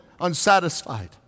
unsatisfied